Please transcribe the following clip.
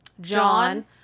John